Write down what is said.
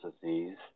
disease